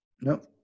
Nope